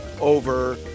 over